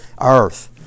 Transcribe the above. earth